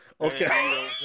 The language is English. Okay